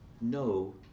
no